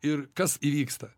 ir kas įvyksta